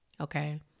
Okay